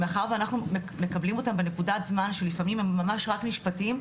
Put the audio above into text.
מאחר ואנחנו מקבלים אותם בנקודת זמן שלפעמים הם ממש רק נשפטים,